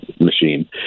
machine